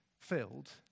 filled